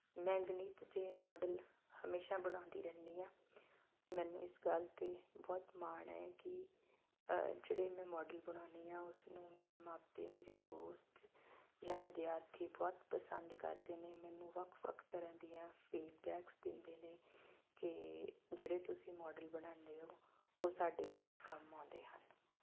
ਮੈਂ ਗਣਿਤ ਦੇ ਮੋਡਲ ਹਮੇਸ਼ਾ ਬਣਾਉਂਦੀ ਰਹਿੰਦੀ ਹਾਂ ਮੈਨੂੰ ਇਸ ਗੱਲ 'ਤੇ ਬਹੁਤ ਮਾਣ ਹੈ ਕਿ ਜਿਹੜੇ ਮੈਂ ਮੋਡਲ ਬਣਾਉਂਦੀ ਹਾਂ ਉਸ ਨੂੰ ਮੇਰੇ ਮਾਪੇ ਮੇਰੇ ਦੋਸਤ ਜਾਂ ਵਿਦਿਆਰਥੀ ਬਹੁਤ ਪਸੰਦ ਕਰਦੇ ਨੇ ਮੈਨੂੰ ਵੱਖ ਵੱਖ ਤਰ੍ਹਾਂ ਦੀਆਂ ਫੀਡਬੈਕਸ ਦਿੰਦੇ ਨੇ ਕਿ ਜਿਹੜੇ ਤੁਸੀਂ ਮੋਡਲ ਬਣਾਉਂਦੇ ਹੋ ਉਹ ਸਾਡੇ ਬਹੁਤ ਕੰਮ ਆਉਂਦੇ ਹਨ